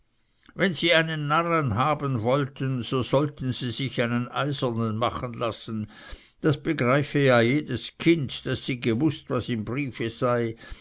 wenn sie einen narren haben wollten so sollten sie sich einen eisernen machen lassen das begreife ja jedes kind daß sie gewußt was im briefe sei